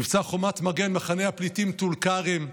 מבצע חומת מגן, מחנה הפליטים טול כרם.